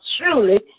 truly